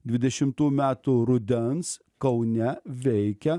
dvidešimtų metų rudens kaune veikia